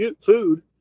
food